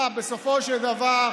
בסופו של דבר,